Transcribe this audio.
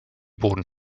boden